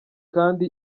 kandi